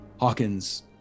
Hawkins